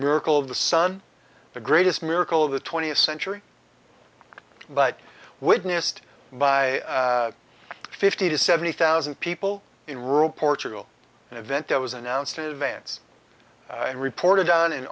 miracle of the sun the greatest miracle of the twentieth century but witnessed by fifty to seventy thousand people in rural portugal an event that was announced in advance and reported on